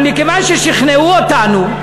אבל מכיוון ששכנעו אותנו,